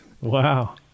Wow